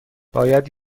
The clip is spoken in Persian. باید